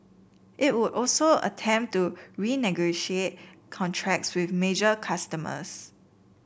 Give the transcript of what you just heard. it would also attempt to renegotiate contracts with major customers